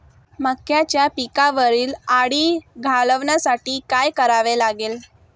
मक्याच्या पिकावरील अळी घालवण्यासाठी काय करावे लागेल?